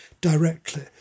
directly